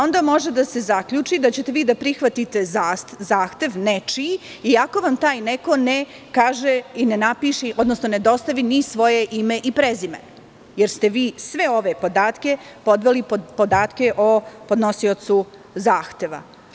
Onda može da se zaključi da ćete vi da prihvatite zahtev nečiji, iako vam taj neko ne kaže, odnosno ne dostavi ni svoje ime i prezime, jer ste vi sve ove podatke podveli pod podatke o podnosiocu zahteva.